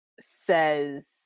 says